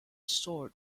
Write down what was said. sword